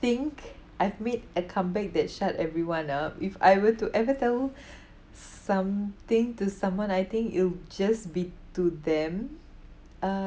think I've made a comeback that shut everyone up if I were to ever tell s~ something to someone I think it'll just be to them uh